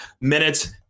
minutes